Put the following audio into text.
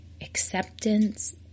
acceptance